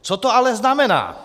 Co to ale znamená?